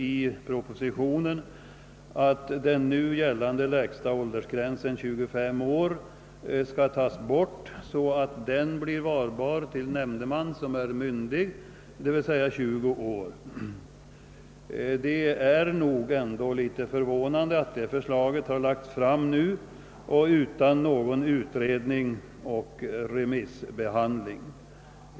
I propositionen föreslås att den nu gällande lägsta åldersgränsen, 25 år, skall tas bort så att den blir valbar till nämndeman som är myndig, d. v. s. har fyllt 20 år. Det är nog litet förvånande att det förslaget har lagts fram nu utan någon föregående utredning och remissbehandling.